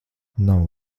nav